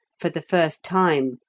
for the first time,